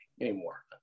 anymore